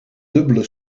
dubbele